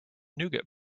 nougat